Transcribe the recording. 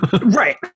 Right